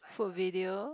food video